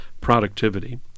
productivity